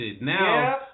Now